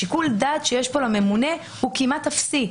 שיקול הדעת שיש פה לממונה הוא כמעט אפסי.